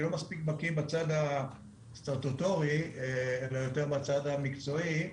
אני לא מספיק בקי בצד הסטטוטורי אלא יותר בצד המקצועי.